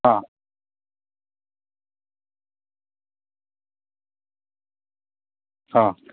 ആ ആ